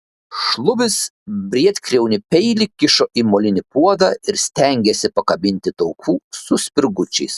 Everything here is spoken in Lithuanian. šlubis briedkriaunį peilį kišo į molinį puodą ir stengėsi pakabinti taukų su spirgučiais